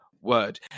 word